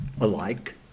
alike